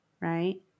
Right